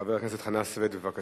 חבר הכנסת חנא סוייד, בבקשה.